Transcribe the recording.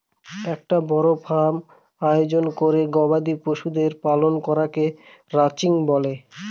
একটা বড় ফার্ম আয়োজন করে গবাদি পশুদের পালন করাকে রানচিং বলে